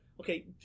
Okay